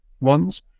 ones